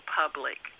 public